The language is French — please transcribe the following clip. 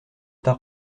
tard